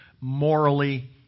morally